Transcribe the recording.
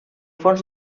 fons